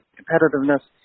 competitiveness